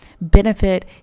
benefit